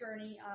journey